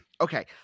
Okay